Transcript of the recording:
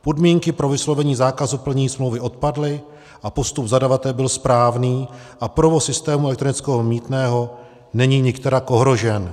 Podmínky pro vyslovení zákazu plnění smlouvy odpadly a postup zadavatele byl správný a provoz systému elektronického mýtného není nikterak ohrožen.